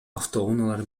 автоунаалар